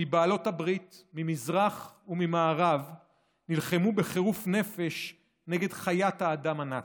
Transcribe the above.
מבעלות הברית ממזרח וממערב נלחמו בחירוף נפש נגד חיית האדם הנאצית.